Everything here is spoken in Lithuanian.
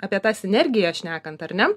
apie tą sinergiją šnekant ar ne